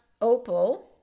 Opal